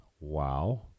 Wow